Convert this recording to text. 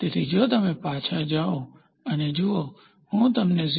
તેથી જો તમે પાછા જાઓ અને જુઓ કે હું તમને 0